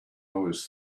was